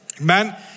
Amen